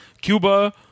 Cuba